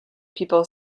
people